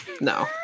No